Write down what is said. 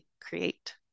create